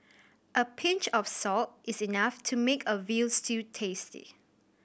a pinch of salt is enough to make a veal stew tasty